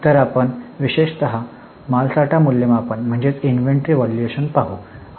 तर आपण विशेषतः मालसाठा मूल्यमापन इन्व्हेंटरी व्हॅल्यूशन पाहू